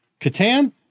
Catan